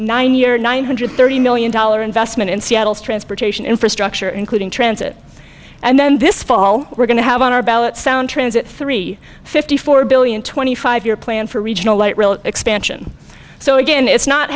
nine year nine hundred thirty million dollar investment in seattle's transportation infrastructure including transit and then this fall we're going to have on our ballot sound transit three fifty four billion twenty five year plan for regional light rail expansion so again it's not